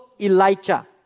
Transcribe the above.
Elijah